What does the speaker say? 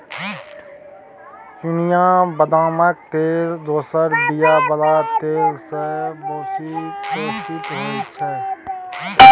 चिनियाँ बदामक तेल दोसर बीया बला तेल सँ बेसी पौष्टिक होइ छै